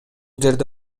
жерде